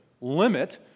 limit